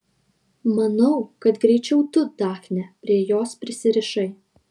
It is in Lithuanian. manau kad greičiau tu dafne prie jos prisirišai